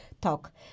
talk